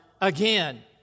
again